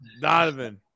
Donovan